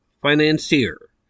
financier